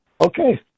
okay